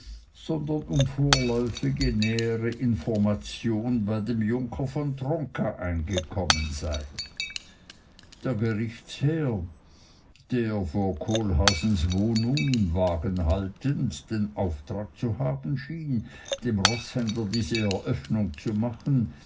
sondern um vorläufige nähere information bei dem junker von tronka eingekommen sei der gerichtsherr der vor kohlhaasens wohnung im wagen haltend den auftrag zu haben schien dem roßhändler diese eröffnung zu machen